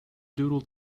doodle